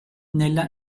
nella